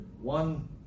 one